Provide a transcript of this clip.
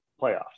playoffs